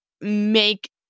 make